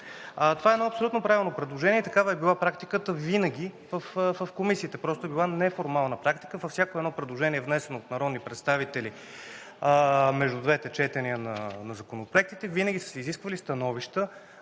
Това е едно абсолютно правилно предложение. Такава е била практиката винаги в комисиите. Просто е била неформална практика във всяко едно предложение, внесено от народни представители между двете четения на законопроектите, винаги са се изисквали становища